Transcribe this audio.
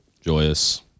joyous